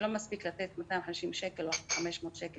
זה לא מספיק לתת 250 שקל או 500 שקל